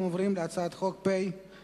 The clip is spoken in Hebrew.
אנחנו עוברים להצעת חוק פ/31,